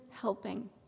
helping